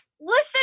listen